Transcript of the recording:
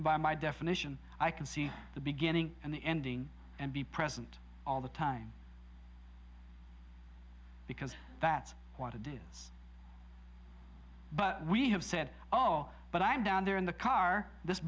by my definition i can see the beginning and the ending and be present all the time because that's what to do but we have said all but i'm down there in the car this